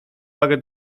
wagę